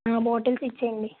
bottles ఇచ్చేయండి